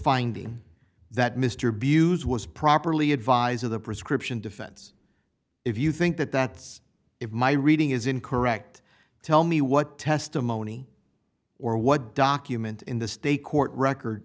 finding that mr bewes was properly advised of the prescription defense if you think that that's if my reading is incorrect tell me what testimony or what documents in the state court record